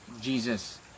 Jesus